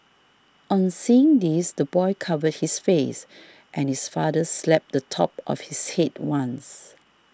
on seeing this the boy covered his face and his father slapped the top of his head once